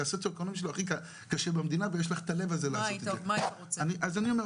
שהסוציו-אקונומי שלו הכי קשה במדינה ויש לך את הלב הזה לעשות את זה.